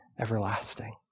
everlasting